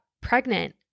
pregnant